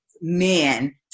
men